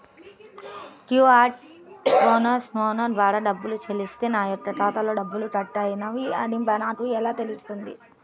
QR కోడ్ని scan ద్వారా డబ్బులు చెల్లిస్తే నా యొక్క ఖాతాలో డబ్బులు కట్ అయినవి అని నాకు ఎలా తెలుస్తుంది?